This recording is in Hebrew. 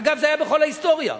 אגב, זה היה בכל ההיסטוריה.